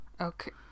Okay